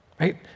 right